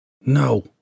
No